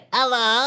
Hello